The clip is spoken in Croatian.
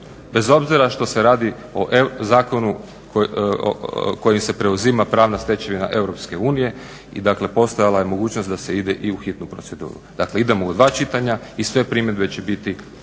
bez obzira što se radi o zakonu kojim se preuzima pravna stečevina EU i dakle postojala je mogućnost da se ide i u hitnu proceduru. Dakle, idemo u dva čitanja i sve primjedbe će biti